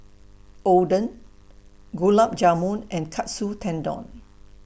Oden Gulab Jamun and Katsu Tendon